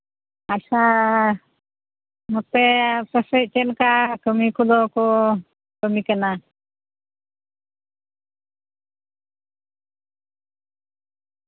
ᱟᱪᱪᱷᱟ ᱱᱚᱛᱮ ᱟᱯᱮ ᱥᱮᱫ ᱪᱮᱫᱞᱮᱠᱟ ᱠᱟᱹᱢᱤ ᱠᱚᱫᱚ ᱠᱚ ᱠᱟᱹᱢᱤ ᱠᱟᱱᱟ